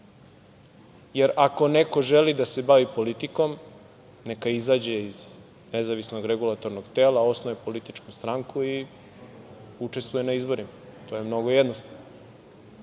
Ako neko želi da se bavi politikom neka izađe iz nezavisnog regulatornog tela, osnuje političku stranku i učestvuje na izborima. To je mnogo jednostavno.